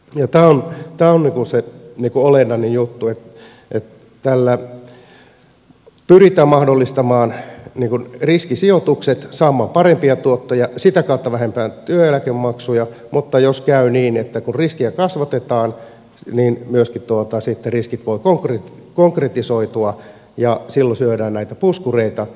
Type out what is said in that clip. tämä on se olennainen juttu että tällä pyritään mahdollistamaan riskisijoitukset saamaan parempia tuottoja sitä kautta vähentämään työeläkemaksuja mutta jos käy niin että riskiä kasvatetaan niin riskit voivat myöskin sitten konkretisoitua ja silloin syödään näitä puskureita